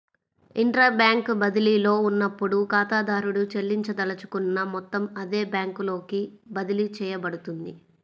intra bank బదిలీలో ఉన్నప్పుడు, ఖాతాదారుడు చెల్లించదలుచుకున్న మొత్తం అదే బ్యాంకులోకి బదిలీ చేయబడుతుంది